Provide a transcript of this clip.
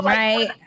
right